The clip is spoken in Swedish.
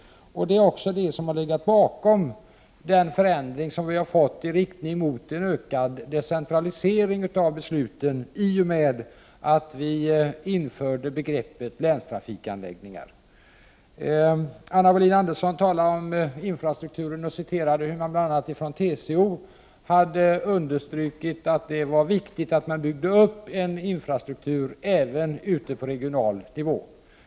Det har också legat bakom den förändring som kommit till stånd i riktning mot en decentralisering av besluten i och med att vi infört begreppet länstrafikanläggningar. Anna Wohlin-Andersson talade om infrastrukturen och relaterade att man bl.a. inom TCO hade understrukit att det var viktigt att det byggdes upp en infrastruktur även på regional nivå.